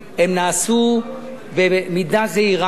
הן נעשו במידה זעירה.